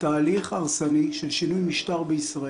תהליך הרסני של שינוי משטר בישראל.